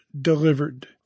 delivered